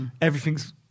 everything's